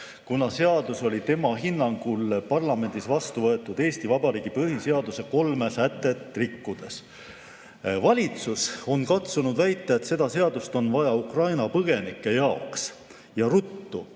kuna seadus oli tema hinnangul parlamendis vastu võetud Eesti Vabariigi põhiseaduse kolme sätet rikkudes. Valitsus on katsunud väita, et seda seadust on vaja Ukraina põgenike jaoks ja ruttu.